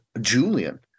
Julian